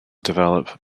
develop